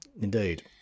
Indeed